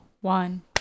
one